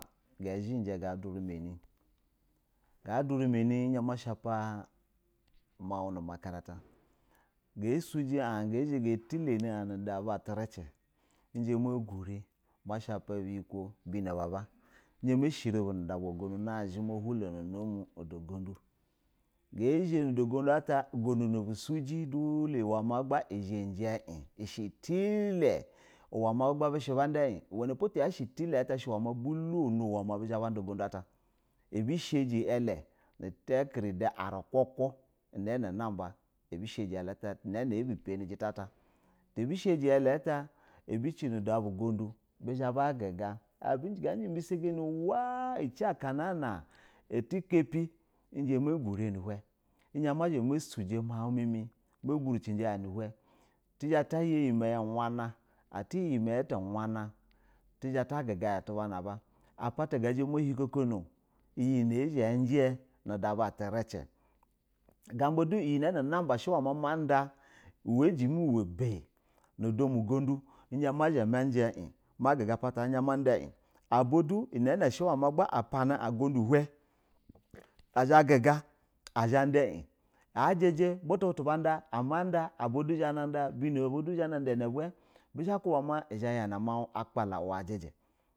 Ngɛ zhinjɛ nga durɛ meni zhɛ shapa mauɧ nu makaranta, ngee suji an nge zhe ge ti leni au nuda aba tɛrɛcɛ nzhɛ me gure ma shapa biyi kwo bino baba n zhɛ me shire bu nu da bwa gondu nazhɛ mo hwo nu mu gonƌu. Nae zhe nu da gondu ta ngonen na isha hiɧ uwɛ ma gbalstile uwɛ maa gba bɛ ghɛ banda iɧ uwɛnɛpa tiya shɛ tilɛ tɛ shɛ uwɛ maa bu lono uwɛ ma bi zhɛ ba nda ugondu ata. Ebi sheji iɛlɛ, itɛkridɛ arukwukwu inɛɛ nɛ naruba ebi sheji eɛlɛ tiya gha inɛɛ nɛ abu peri jita ta. Ebi sheji iɛlɛ ta, ebi ci nuda bu gondu bizhɛ bagiga, a tiakanati mbisegeni uwaa ki aka naana eti kepi n zhɛ me gure ni hwɛ, n zhɛ ma zha me dicinje miauɧ mimi, me guricinje an ni hwɛ, tizhɛ tayayi mɛyɛ hwana, ati yɛ yimɛyɛ tɛ ywana. Nzha ma giga ya atuba na aba, apata ngɛzhɛ ma giga ya atuba na aba, apata ngɛzhɛ mo hikokono iya na ɛzhɛ ɛnjɛ nu da ba tɛrɛcɛ. Gambadu iyi nɛ ama nƌa, shɛ wɛ ma ma nda, uwɛ ejimi uwɛ beyi nu da mu gondu, n zhɛ ma zha mɛ njɛiɧ, ma giga pata nzhɛ mɛ njɛ in. Aba du inɛɛ nɛ shɛ wɛ ma gha apani an gondu hwɛ, ezhɛ giga, azhanda iɧ, a a jɛjɛ butu butu ban da awa nƌa, aba du zhɛ na nda, bino aba du zhɛ nan da inɛ bwɛ bizha kwuba ma izhɛ mama ya akpala waba-o.